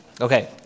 Okay